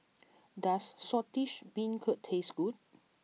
does Saltish Beancurd taste good